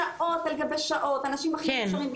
שעות על גבי שעות, אנשים הכי מוכשרים.